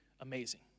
amazing